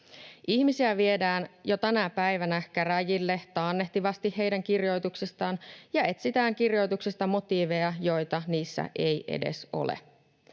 Ihmisiä viedään jo tänä päivänä käräjille taannehtivasti heidän kirjoituksistaan ja etsitään kirjoituksesta motiiveja, joita niissä ei edes ole.